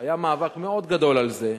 היה מאבק מאוד גדול על זה.